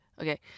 okay